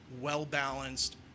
well-balanced